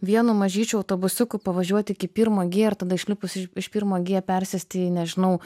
vienu mažyčiu autobusiuku pavažiuot iki pirmo g ir tada išlipus iš pirmo g persėst į nežinau